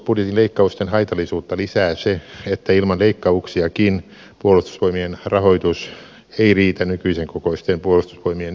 puolustusbudjetin leikkausten haitallisuutta lisää se että ilman leikkauksiakin puolustusvoimien rahoitus ei riitä nykyisen kokoisten puolustusvoimien ylläpitoon